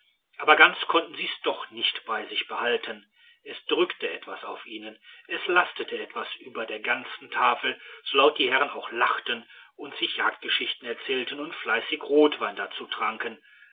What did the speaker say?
aber ganz konnten sie's doch nicht bei sich behalten es drückte etwas auf ihnen es lastete etwas über der ganzen tafel so laut die herren auch lachten und sich jagdgeschichten erzählten und fleißig rotwein dazu tranken